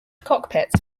cockpits